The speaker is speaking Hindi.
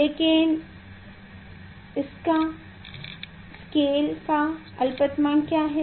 लेकिन इसका स्केल का अलपतमांक क्या है